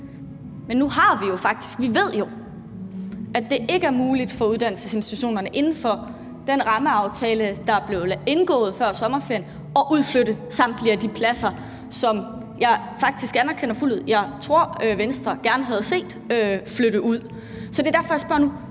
Men nu ved vi jo faktisk, at det ikke er muligt for uddannelsesinstitutionerne inden for den rammeaftale, der blev indgået før sommerferien, at udflytte samtlige de pladser, som jeg tror Venstre gerne havde set flytte ud. Det er derfor, jeg spørger nu: